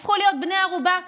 הפכו להיות בני ערובה שלו,